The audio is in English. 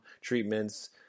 treatments